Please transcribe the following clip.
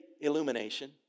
illumination